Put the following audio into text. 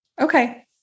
Okay